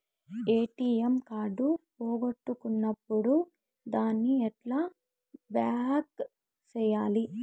ATM card పోగొట్టుకున్నప్పుడు దాన్ని ఎట్లా బ్లాక్ సేయాలి